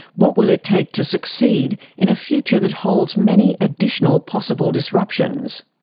what will it take to succeed in a future that holds many additional possible disruptions?